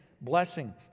Blessing